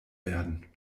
werden